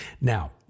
Now